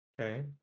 okay